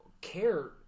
care